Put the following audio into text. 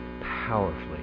powerfully